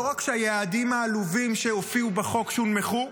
לא רק שהיעדים העלובים שהופיעו בחוק שונמכו,